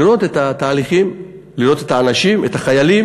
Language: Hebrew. לראות את התהליכים, לראות את האנשים, את החיילים,